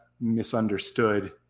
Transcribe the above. misunderstood